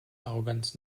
arroganz